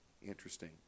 Interesting